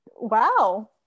wow